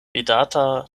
vidata